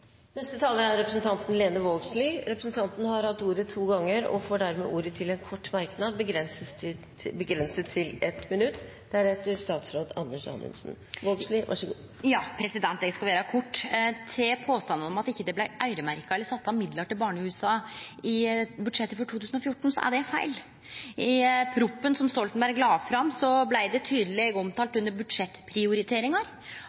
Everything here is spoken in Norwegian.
Representanten Lene Vågslid har hatt ordet to ganger tidligere og får ordet til en kort merknad, begrenset til 1 minutt. Eg skal vere kort. Til påstanden om at det ikkje blei øyremerkt eller sett av midlar til barnehusa i budsjettet for 2014 – det er feil. I proposisjonen som Stoltenberg la fram, blei det tydeleg omtalt